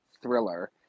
thriller